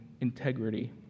integrity